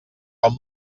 com